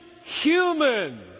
human